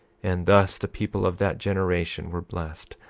and thus the people of that generation were blessed,